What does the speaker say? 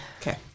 Okay